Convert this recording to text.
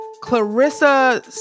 Clarissa